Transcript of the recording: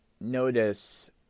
notice